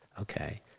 Okay